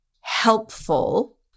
helpful